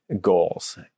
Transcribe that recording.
goals